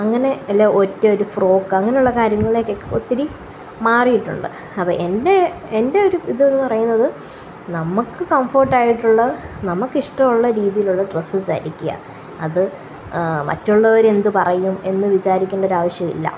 അങ്ങനെയുള്ള ഒറ്റ ഒരു ഫ്രോക്ക് അങ്ങനുള്ള കാര്യങ്ങളിലേക്ക് ഒത്തിരി മാറിയിട്ടുണ്ട് അവ എന്റെ എന്റെ ഒര് ഇതെന്നു പറയുന്നത് നമ്മള്ക്ക് കംഫർട് ആയിട്ടുള്ള നമുക്കിഷ്ടമുള്ള രീതിയിലുള്ള ഡ്രസ്സ് ധരിക്കുക അത് മറ്റുള്ളവര് എന്ത് പറയും എന്ന് വിചാരിക്കേണ്ടൊരാവശ്യമില്ല